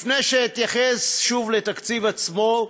לפני שאתייחס שוב לתקציב עצמו,